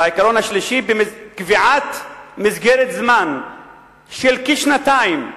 והעיקרון השלישי, קביעת מסגרת זמן של כשנתיים,